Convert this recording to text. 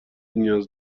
نیاز